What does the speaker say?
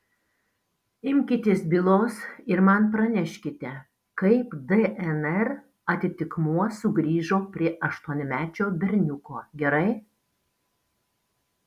imkitės bylos ir man praneškite kaip dnr atitikmuo sugrįžo prie aštuonmečio berniuko gerai